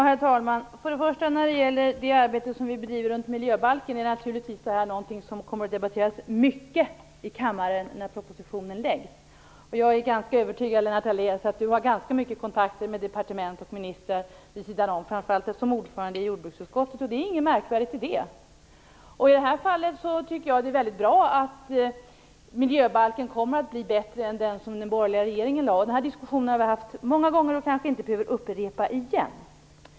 Herr talman! När det gäller det arbete som vi bedriver runt miljöbalken, kommer det naturligtvis att debatteras mycket i kammaren när propositionen läggs fram. Jag är övertygad om att Lennart Daléus har ganska mycket kontakter med departement och ministrar vid sidan om, framför allt som ordförande i jordbruksutskottet. Det är inte något märkvärdigt i det. I det här fallet tycker jag att det är väldigt bra att miljöbalken kommer att bli bättre än den som den borgerliga regeringen lade fram. Den här diskussionen har vi haft många gånger, och vi behöver inte upprepa den.